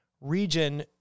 region